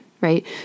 right